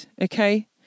okay